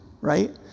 right